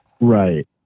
Right